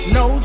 no